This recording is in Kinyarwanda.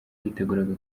yiteguraga